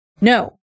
No